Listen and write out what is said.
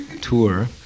tour